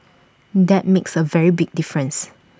that makes A very big difference